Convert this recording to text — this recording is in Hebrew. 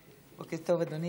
בוקר טוב, אדוני.